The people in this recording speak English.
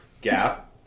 gap